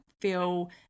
feel